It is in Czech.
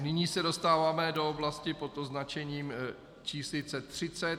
Nyní se dostáváme do oblasti pod označením číslice 30.